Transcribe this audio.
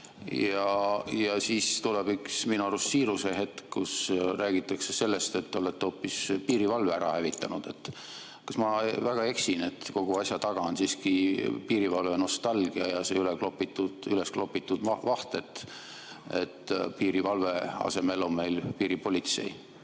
Ja siis tuleb üks minu arvates siiruse hetk, kus räägitakse sellest, et olete hoopis piirivalve ära hävitanud. Kas ma eksin, et kogu asja taga on siiski piirivalvenostalgia ja see ülesklopitud vaht, et piirivalve asemel on meil piiripolitsei?